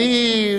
אני,